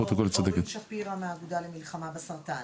אני אורית שפירא, מהאגודה למלחמה בסרטן,